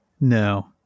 no